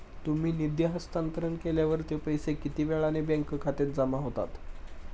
तुम्ही निधी हस्तांतरण केल्यावर ते पैसे किती वेळाने बँक खात्यात जमा होतील?